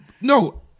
no